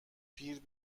پیر